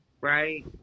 right